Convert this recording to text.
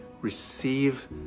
receive